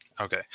Okay